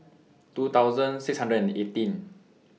two thousand six hundred and eighteen